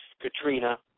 Katrina